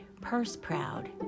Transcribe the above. purse-proud